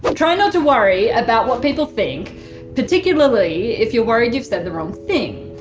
but try not to worry about what people think particularly if you're worried you've said the wrong thing.